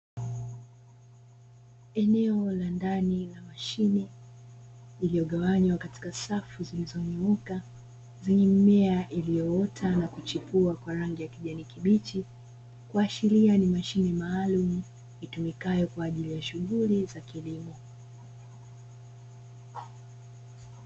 Eneo la ndani la mashine, iliyogawanywa katika safu zilizonyooka zenye mimea iliyoota na kuchipua kwa rangi ya kijani kibichi. Kuashiria ni mashine maalumu itumikayo kwa ajili ya shughuli za kilimo.